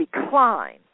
decline